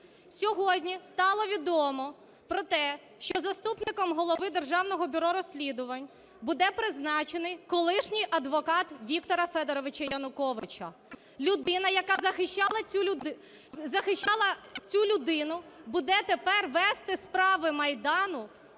Сьогодні стало відомо про те, що заступником Голови Державного бюро розслідувань буде призначений колишній адвокат Віктора Федоровича Януковича. Людина, яка захищала цю людину, буде тепер вести справи Майдану